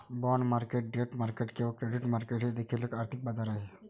bond market debt market किंवा credit market हे देखील एक आर्थिक बाजार आहे